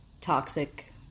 toxic